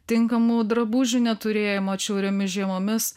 tinkamų drabužių neturėjimo atšiauriomis žiemomis